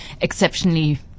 exceptionally